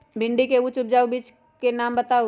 भिंडी के उच्च उपजाऊ बीज के नाम बताऊ?